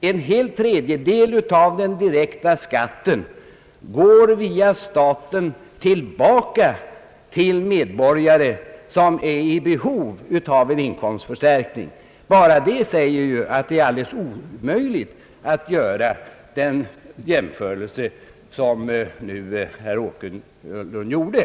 en tredjedel av den direkta skatten går via staten tillbaka till medborgare, som är i behov av en inkomstförstärkning, säger ju, att det är alldeles omöjligt att göra den jämförelse som herr Åkerlund nu gjorde.